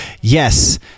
yes